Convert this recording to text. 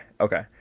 Okay